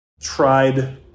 tried